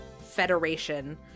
federation